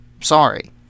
Sorry